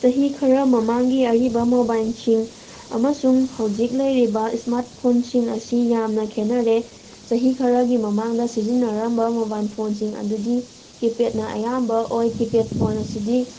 ꯆꯍꯤ ꯈꯔ ꯃꯃꯥꯡꯒꯤ ꯑꯔꯤꯕ ꯃꯣꯕꯥꯏꯜꯁꯤꯡ ꯑꯃꯁꯨꯡ ꯍꯧꯖꯤꯛ ꯂꯩꯔꯤꯕ ꯏꯁꯃꯥꯔꯠ ꯐꯣꯟꯁꯤꯡ ꯑꯁꯤ ꯌꯥꯝꯅ ꯈꯦꯠꯅꯔꯦ ꯆꯍꯤ ꯈꯔꯒꯤ ꯃꯃꯥꯡꯗ ꯁꯤꯖꯤꯟꯅꯔꯝꯕ ꯃꯣꯕꯥꯏꯜ ꯐꯣꯟꯁꯤꯡ ꯑꯗꯨꯗꯤ ꯀꯤ ꯄꯦꯗꯅ ꯑꯌꯥꯝꯕ ꯑꯣꯏ ꯀꯤ ꯄꯦꯗ ꯐꯣꯟ ꯑꯁꯤꯗꯤ